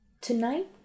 Tonight